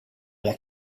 alla